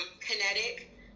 Kinetic